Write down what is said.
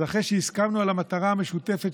אז אחרי שהסכמנו על המטרה המשותפת,